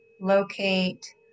locate